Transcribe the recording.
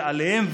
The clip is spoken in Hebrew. שעליהם,